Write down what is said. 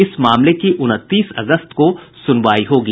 इस मामले की उनतीस अगस्त को सुनवाई होगी